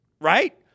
Right